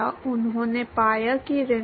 सिवाय इसके कि ये प्रतिपादक भिन्न हैं